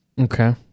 okay